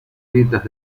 grietas